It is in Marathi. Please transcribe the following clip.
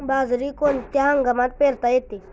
बाजरी कोणत्या हंगामात पेरता येते?